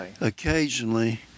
Occasionally